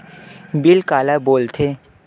Bill काला बोल थे?